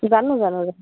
জানো জানো